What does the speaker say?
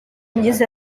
myiza